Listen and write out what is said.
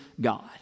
God